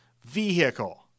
vehicle